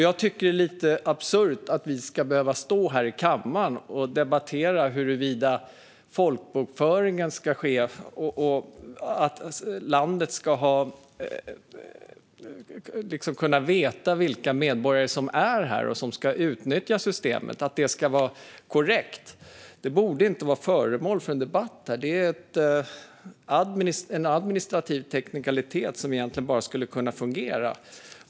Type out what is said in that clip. Jag tycker att det är lite absurt att vi ska stå här i kammaren och debattera huruvida folkbokföring ska ske och att landet ska kunna veta vilka personer som är här och får utnyttja systemet. Det ska vara korrekt. Detta borde inte vara föremål för debatt här, utan det är en administrativ teknikalitet som egentligen bara borde fungera.